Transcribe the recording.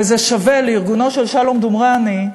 וזה שווה לארגונו של שלום דומרני,